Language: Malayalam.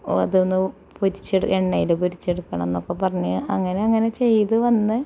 ഓ അതൊന്ന് പൊരിച്ചെട് എണ്ണയില് പൊരിച്ചെടുക്കണം എന്നൊക്കെ പറഞ്ഞ് അങ്ങനെ അങ്ങനെ ചെയ്ത് വന്ന്